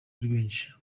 benshi